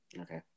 Okay